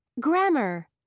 Grammar